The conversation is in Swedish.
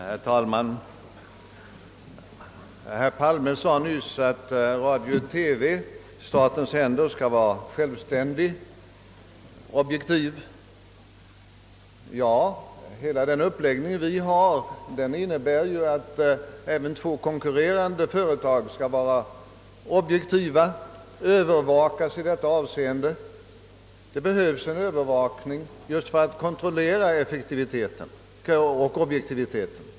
Herr talman! Herr Palme sade nyss att radio-TV i statens händer skall vara självständig och objektiv. Hela den uppläggning vi från vårt håll föreslår innebär att bägge de två konkurrerande företagen skall vara objektiva och övervakas i detta avseende. Det behövs en övervakning just för att kontrollera objektiviteten.